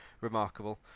remarkable